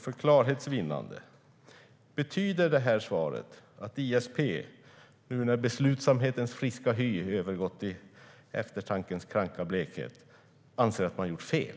För klarhets vinnande undrar jag om svaret betyder att ISP, nu när beslutsamhetens friska hy övergått i eftertankens kranka blekhet, anser att man har gjort fel.